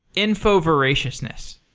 info-veraciousness.